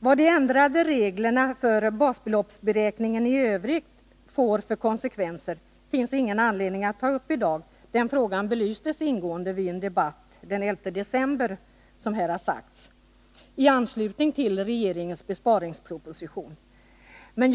Vad de ändrade reglerna för basbeloppsberäkningen i övrigt får för konsekvenser finns det ingen anledning att ta upp i dag — den frågan belystes ingående vid en debatt den 11 december, som här har sagts, i anslutning till regeringens besparingsproposition.